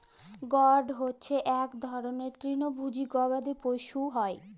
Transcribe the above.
goat হচ্যে ইক রকমের তৃলভজী গবাদি পশু পূষা হ্যয়